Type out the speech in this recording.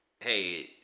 hey